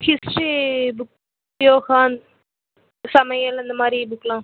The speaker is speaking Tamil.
ஆ ஹிஸ்ட்ரி புக் யோகா சமையல் அந்த மாதிரி புக்லாம்